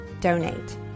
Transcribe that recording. donate